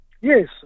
Yes